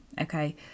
Okay